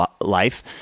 life